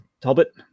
Talbot